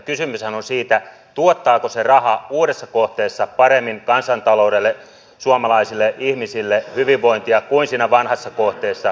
kysymyshän on siitä tuottaako se raha uudessa kohteessa paremmin kansantaloudelle suomalaisille ihmisille hyvinvointia kuin siinä vanhassa kohteessa